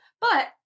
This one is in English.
But-